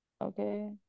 okay